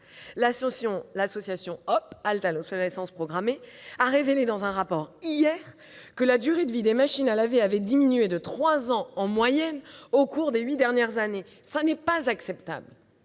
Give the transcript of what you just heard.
programmée, a révélé hier, dans un rapport, que la durée de vie des machines à laver avait diminué de trois ans en moyenne au cours des huit dernières années. Ce n'est pas acceptable.